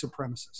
supremacists